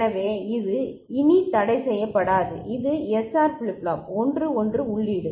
எனவே இது இனி தடைசெய்யப்படாது இது SR ஃபிளிப் ஃப்ளாப் 1 1 உள்ளீடு